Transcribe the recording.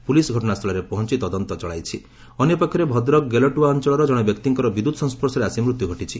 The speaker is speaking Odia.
ପୋଲିସ୍ ଘଟଣାସ୍ଥଳରେ ପହଞ୍ ତଦନ୍ତ ଚଳାଇଛି ଅନ୍ୟପକ୍ଷରେ ଭଦ୍ରକ ଗେଲଟୁଆ ଅଞଳର ଜଶେ ବ୍ୟକ୍ତିଙ୍କର ବିଦ୍ୟୁତ୍ ସଂସ୍ୱର୍ଶରେ ଆସି ମୃତ୍ୟୁ ଘଟିଛି